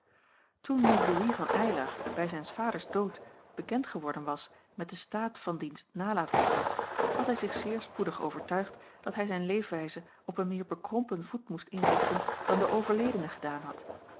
toen nu louis van eylar bij zijns vaders dood bekend geworden was met den staat van diens nalatenschap had hij zich zeer spoedig overtuigd dat hij zijn leefwijze op een meer bekrompen voet moest inrichten dan de overledene gedaan had